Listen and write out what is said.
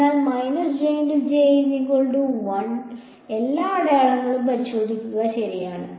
അതിനാൽ എല്ലാ അടയാളങ്ങളും പരിശോധിക്കുക ശരിയാണ്